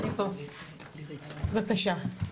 בבקשה.